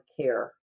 care